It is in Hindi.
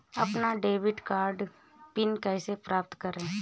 अपना डेबिट कार्ड पिन कैसे प्राप्त करें?